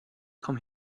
come